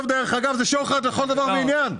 דרך אגב, זה שוחד לכל דבר ועניין.